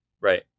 Right